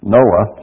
Noah